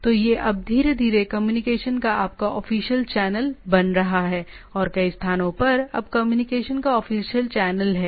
तो यह अब धीरे धीरे कम्युनिकेशन का आपका ऑफिशियल चैनल बन रहा है और कई स्थानों पर अब कम्युनिकेशन का ऑफिशियल चैनल है